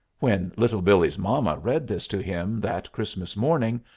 when little billee's mama read this to him that christmas morning,